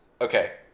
Okay